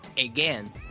again